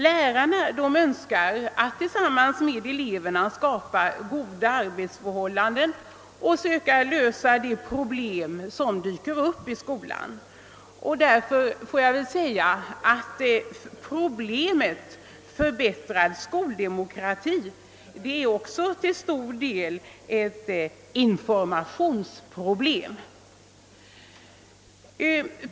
Lärarna Önskar att tillsammans med eleverna skapa goda arbetsförhållanden och söka lösa de problem som dyker upp i skolan. Skoldemokrati är till stor del en fråga om information.